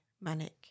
manic